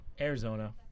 Arizona